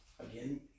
again